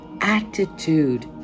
attitude